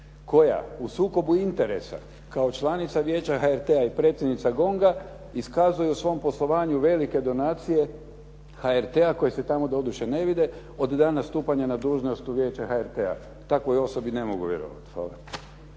koja u sukobu interesa kao članica Vijeća HRT-a i predsjednica GONG-a iskazuje u svom poslovanju velike donacije HRT-a koje se tamo doduše ne vide, od dana stupanja na dužnost u Vijeće HRT-a. Takvoj osobi ne mogu vjerovati.